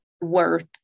worth